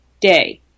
day